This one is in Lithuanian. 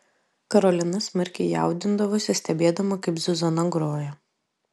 karolina smarkiai jaudindavosi stebėdama kaip zuzana groja